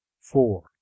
Four